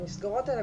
המסגרות האלה,